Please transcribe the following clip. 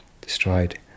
destroyed